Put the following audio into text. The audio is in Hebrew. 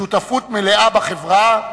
שותפות מלאה בחברה,